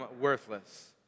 worthless